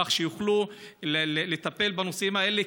כך שיוכלו לטפל בנושא האלה?